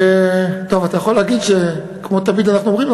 אתה יכול להגיד שכמו תמיד אנחנו אומרים,